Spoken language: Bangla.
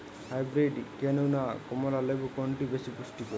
হাইব্রীড কেনু না কমলা লেবু কোনটি বেশি পুষ্টিকর?